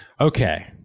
Okay